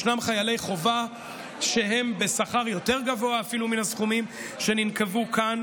יש חיילי חובה שהם בשכר אפילו יותר גבוה מן הסכומים שננקבו כאן.